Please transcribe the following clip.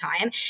time